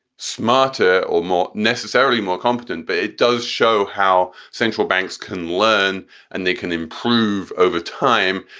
smarter or more necessarily more competent but it does show how central banks can learn and they can improve over time.